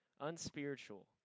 unspiritual